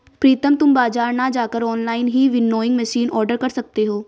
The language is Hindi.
प्रितम तुम बाजार ना जाकर ऑनलाइन ही विनोइंग मशीन ऑर्डर कर सकते हो